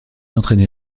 entraîné